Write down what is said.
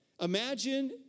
Imagine